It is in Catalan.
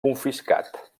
confiscat